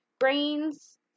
grains